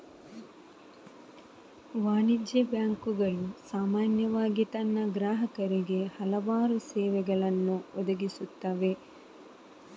ವಾಣಿಜ್ಯ ಬ್ಯಾಂಕುಗಳು ಸಾಮಾನ್ಯವಾಗಿ ತನ್ನ ಗ್ರಾಹಕರಿಗೆ ಹಲವಾರು ಸೇವೆಗಳನ್ನು ಒದಗಿಸುತ್ತವೆ